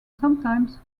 sometimes